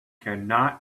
cannot